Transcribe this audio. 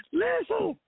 listen